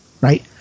Right